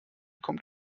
kommt